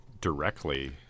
directly